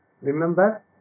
remember